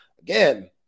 again –